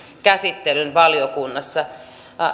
käsittelyn valiokunnassa